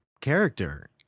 character